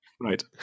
right